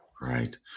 Right